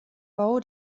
bau